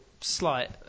Slight